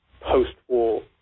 post-war